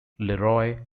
leroy